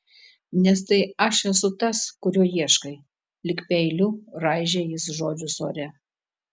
nes tai aš esu tas kurio ieškai lyg peiliu raižė jis žodžius ore